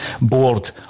board